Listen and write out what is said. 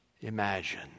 Imagine